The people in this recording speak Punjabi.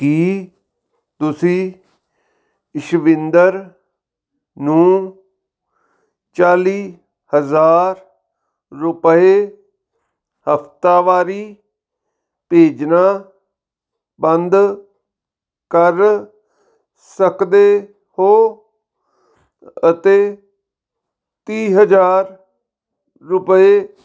ਕੀ ਤੁਸੀਂ ਇਸ਼ਵਿੰਦਰ ਨੂੰ ਚਾਲੀ ਹਜ਼ਾਰ ਰੁਪਏ ਹਫ਼ਤਾਵਾਰੀ ਭੇਜਣਾ ਬੰਦ ਕਰ ਸਕਦੇ ਹੋ ਅਤੇ ਤੀਹ ਹਜ਼ਾਰ ਰੁਪਏ